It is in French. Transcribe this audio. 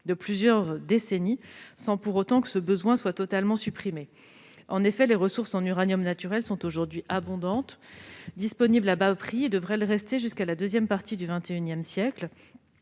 de plusieurs décennies, sans pour autant avoir totalement disparu. En effet, les ressources en uranium naturelles sont aujourd'hui abondantes et disponibles à bas prix ; elles devraient le rester jusqu'à la seconde partie du XXI siècle.